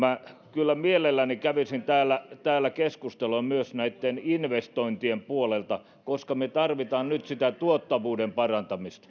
kyllä mielelläni kävisin täällä täällä keskustelua myös näitten investointien puolelta koska me tarvitsemme nyt sitä tuottavuuden parantamista